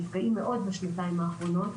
נפגעים מאוד בשנתיים האחרונות.